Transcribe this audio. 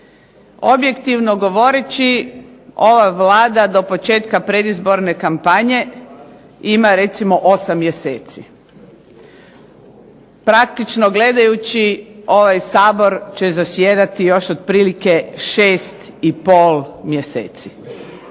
Objektivno govoreći ova Vlada do početka predizborne kampanje ima recimo 8 mjeseci. Praktično gledajući ovaj Sabor će zasjedati još otprilike šest i pol mjeseci.